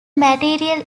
material